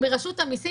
מרשות המסים,